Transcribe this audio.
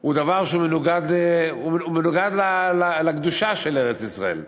הוא דבר שמנוגד לקדושה של ארץ-ישראל.